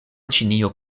ĉinio